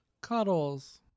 Cuddles